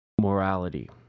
morality